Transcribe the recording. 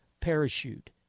parachute